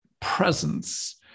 presence